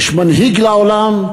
יש מנהיג לעולם.